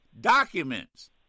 documents